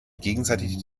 gegenseitige